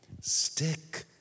Stick